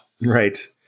Right